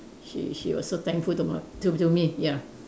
she she was so thankful to m~ to to me ya